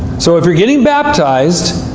so if you're getting baptized,